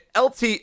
LT